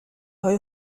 های